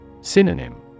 Synonym